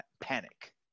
panic